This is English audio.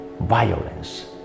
violence